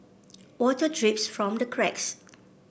water drips from the cracks